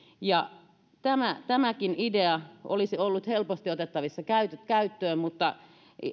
tämäkin idea olisi ollut helposti otettavissa käyttöön mutta